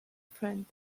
friend